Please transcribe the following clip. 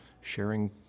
sharing